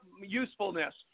usefulness